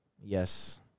Yes